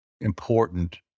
important